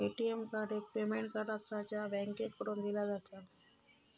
ATM card एक payment card आसा, जा बँकेकडसून दिला जाता